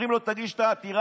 אומרים לו: תגיש את העתירה.